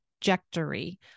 trajectory